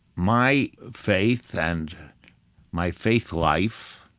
my faith and my faith life,